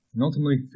ultimately